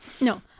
No